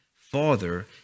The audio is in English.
Father